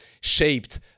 shaped